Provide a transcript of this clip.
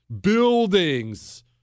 buildings